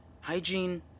hygiene